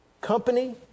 company